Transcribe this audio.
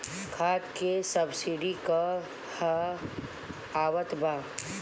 खाद के सबसिडी क हा आवत बा?